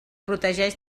protegeix